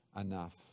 enough